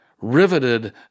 riveted